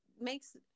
makes